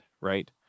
right